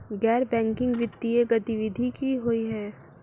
गैर बैंकिंग वित्तीय गतिविधि की होइ है?